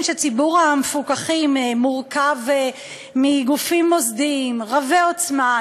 שציבור המפוקחים מורכב מגופים מוסדיים רבי-עוצמה,